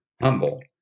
humble